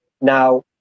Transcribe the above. now